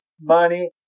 money